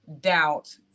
doubt